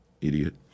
idiot